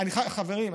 חברים,